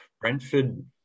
Brentford